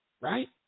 right